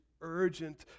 urgent